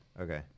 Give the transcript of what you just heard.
Okay